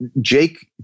Jake